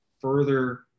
further